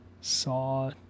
Saw